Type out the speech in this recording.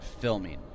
Filming